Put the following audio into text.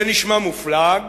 זה נשמע מופלג,